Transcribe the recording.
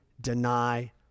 deny